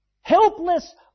helpless